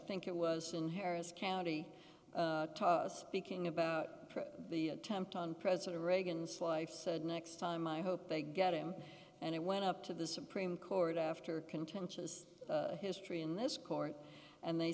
think it was in harris county speaking about the attempt on president reagan's life said next time i hope they get him and it went up to the supreme court after contentious history in this court and they